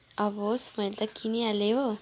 अब होस् मैले त किनिहालेँ हो